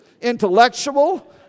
intellectual